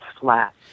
flat